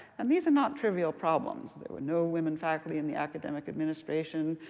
and these are not trivial problems. there were no women faculty in the academic administration.